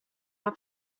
are